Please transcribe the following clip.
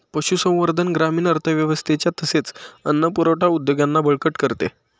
पशुसंवर्धन ग्रामीण अर्थव्यवस्थेच्या तसेच अन्न पुरवठा उद्योगांना बळकट करते